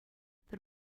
пӗр